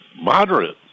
moderate